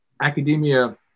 Academia